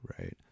Right